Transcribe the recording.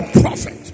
prophet